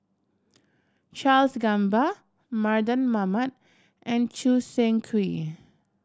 Charles Gamba Mardan Mamat and Choo Seng Quee